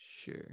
Sure